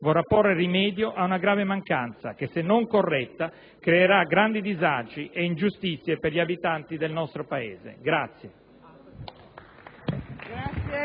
vorrà porre rimedio ad una grave mancanza che, se non corretta, creerà grandi disagi e ingiustizie per gli abitanti del nostro Paese.